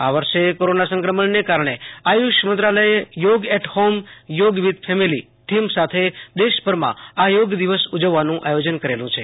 આ વર્ષે કોરોના સંક્રમણને કારણે આયુ ષ મંત્રાલયે yoga at home yoga with family theme સાથે દેશ ભરમાં આ યોગ દિવસ ઉજવવાનું આયોજન કરેલુ છે